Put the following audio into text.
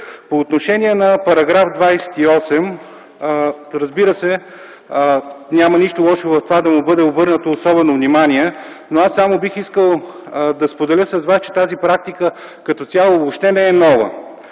По отношение на § 28, разбира се няма нищо лошо в това да му бъде обърнато особено внимание, но аз само бих искал да споделя с вас, че тази практика като цяло въобще не е нова.